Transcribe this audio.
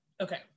Okay